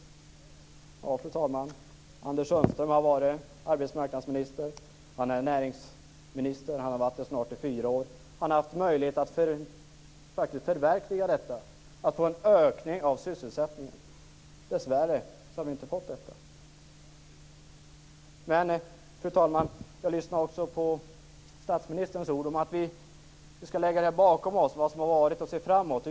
Ja, fru talman, Anders Sundström har varit arbetsmarknadsminister och han är näringsminister. Han har varit det i snart fyra år. Han har haft möjlighet att verkligen förverkliga detta, att få en ökning av sysselsättningen. Dessvärre har vi inte fått detta. Fru talman! Jag lyssnade också på statsministerns ord om att vi skall lägga det som har varit bakom oss och se framåt.